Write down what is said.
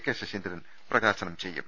K Saseendran പ്രകാശനം ചെയ്യും